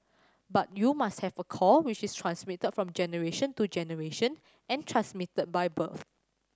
but you must have a core which is transmitted from generation to generation and transmitted by birth